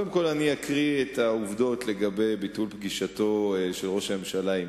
קודם כול אני אקרא את העובדות לגבי ביטול פגישתו של ראש הממשלה עם